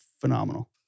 phenomenal